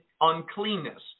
uncleanness